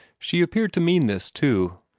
she appeared to mean this, too,